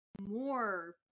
more